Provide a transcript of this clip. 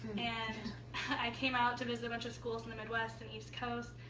and i came out to visit a bunch of schools in the midwest and east coast.